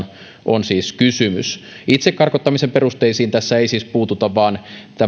on siis kysymys itse karkottamisen perusteisiin tässä ei siis puututa vaan